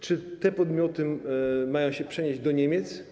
Czy te podmioty mają się przenieść do Niemiec?